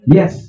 Yes